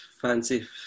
fancy